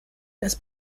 dass